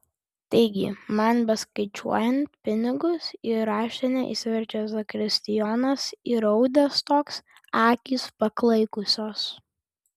taigi man beskaičiuojant pinigus į raštinę įsiveržė zakristijonas įraudęs toks akys paklaikusios